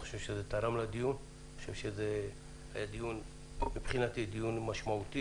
אני חושב שזה תרם לדיון ואני חושב שמבחינתי זה היה דיון משמעותי.